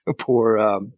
poor